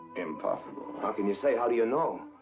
impossible. how can you say? how do you know?